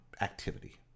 activity